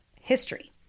history